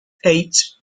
eight